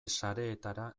sareetara